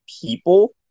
people